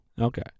Okay